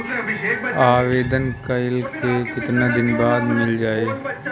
आवेदन कइला के कितना दिन बाद मिल जाई?